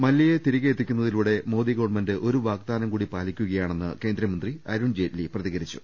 മലൃയെ തിരികെ എത്തിക്കുന്നതിലൂടെ മോദി ഗവൺമെന്റ് ഒരു വാഗ്ദാനം കൂടി പാലിക്കുകയാണെന്ന് കേന്ദ്രമന്ത്രി അരുൺ ജെയ്റ്റലി പ്രതികരിച്ചു